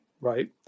right